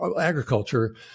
agriculture